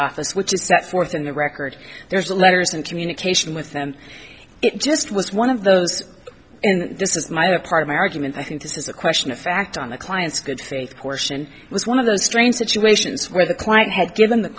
office which is set forth in the record there's letters and communication with them it just was one of those this is my a part of my argument i think this is a question of fact on the client's good faith portion was one of those strange situations where the client had given the